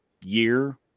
year